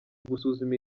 gusuzuma